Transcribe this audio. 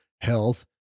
health